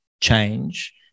change